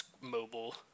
mobile